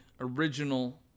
original